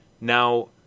Now